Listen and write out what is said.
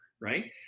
right